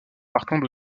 partant